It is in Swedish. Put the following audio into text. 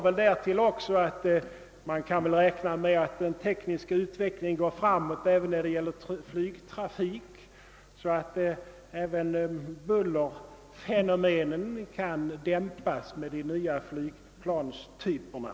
Vidare kan man väl räkna med att den tekniska utvecklingen går framåt även då det gäller flygtrafik, så att man med de nya flygplanstyperna kan komma till rätta med bullerfenomenen.